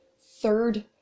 third